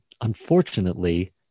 Unfortunately